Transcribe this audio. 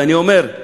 ואני אומר,